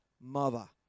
mother